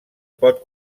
pot